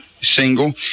Single